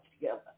together